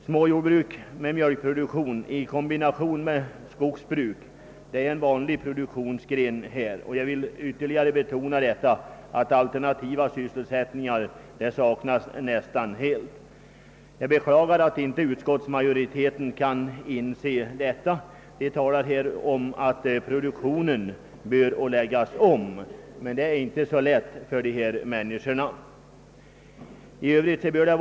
Småjordbruk med mjölkproduktion i kombination med skogsbruk är en vanlig produktionsform i dessa bygder, och jag vill än en gång betona att alternativa sysselsättningsmöjligheter nästan helt saknas. Jag beklagar att utskottsmajoriteten inte kan inse detta, utan säger att produktionen bör läggas om. Det är inte så lätt för dessa jordbrukare att göra det.